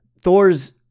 Thor's